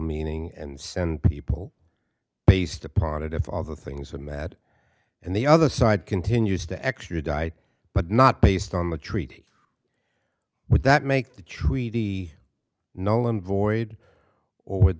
meaning and send people based upon it of all the things we met and the other side continues to extradite but not based on the treaty would that make the treaty nolen void or would